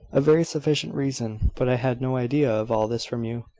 a very sufficient reason. but i had no idea of all this from you.